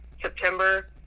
september